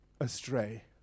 astray